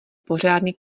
pořádný